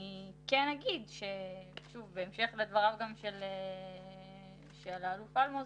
אני כן אגיד שבהמשך לדבריו של האלוף אלמוז,